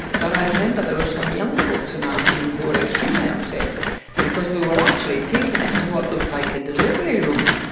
but i remember there were some young folks in our team who were extremely upset because we were actually taken into what looked like a delivery room,